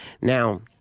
Now